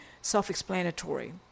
self-explanatory